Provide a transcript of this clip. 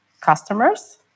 customers